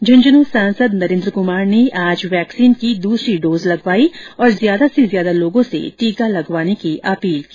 झुंझुनूं सांसद नरेन्द्र कुमार ने आज वैक्सीन की दूसरी डोज लगवाई और ज्यादा से ज्यादा लोगों से टीका लगवाने की अपील की